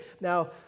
Now